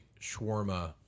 shawarma